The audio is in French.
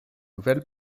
nouvelle